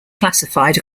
classified